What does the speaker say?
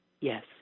Yes